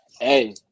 Hey